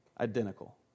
identical